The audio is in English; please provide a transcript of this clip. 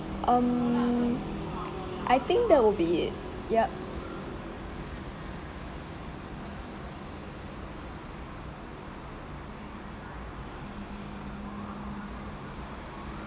um I think that will be it yup